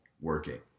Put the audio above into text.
working